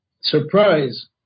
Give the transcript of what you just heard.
surprise